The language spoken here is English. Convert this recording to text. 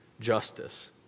justice